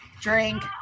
Drink